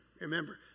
Remember